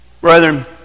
Brethren